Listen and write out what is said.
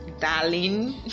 darling